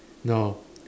no